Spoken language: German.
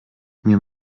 mir